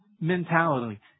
mentality